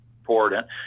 important